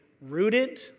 rooted